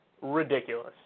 ridiculous